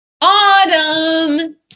Autumn